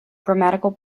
grammatical